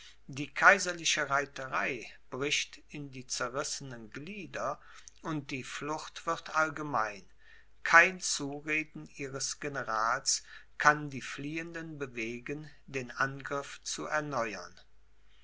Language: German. die kaiserliche reiterei bricht in die zerrissenen glieder und die flucht wird allgemein kein zureden ihres generals kann die fliehenden bewegen den angriff zu erneuern